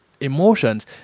emotions